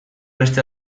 beste